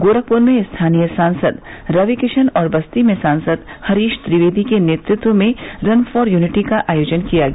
गोरखपुर में स्थानीय सांसद रविकिशन और बस्ती में सांसद हरीश द्विवेदी के नेतृत्व में रन फॉर यूनिटी का आयोजन किया गया